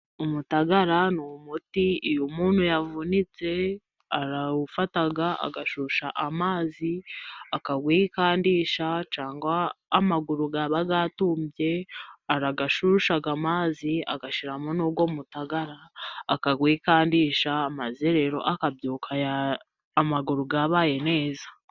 Umutagara ni umuti, iyo umuntu yavunitse arawufata agashyusha amazi, akawikandisha, cyangwa amaguru yaba yatumbye arayashyusha amazi agashyiramo n'uwo mutagara, akawikandisha maze rero akabyuka amaguru yabaye neza.